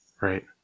Right